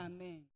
Amen